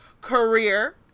career